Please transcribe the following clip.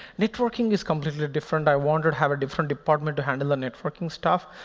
networking is completely different. i want to have a different department to handle the networking stuff.